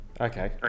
Okay